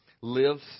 lives